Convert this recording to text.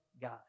God